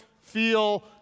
feel